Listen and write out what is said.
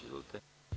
Izvolite.